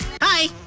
Hi